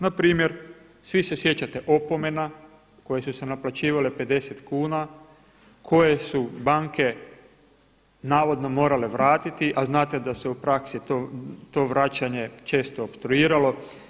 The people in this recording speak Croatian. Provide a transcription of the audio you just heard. Na primjer svi se sjećate opomena koje su se naplaćivale 50 kuna koje su banke navodno morale vratiti, a znate da se u praksi to vraćanje često opstruiralo.